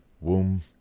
womb